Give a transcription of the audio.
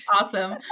Awesome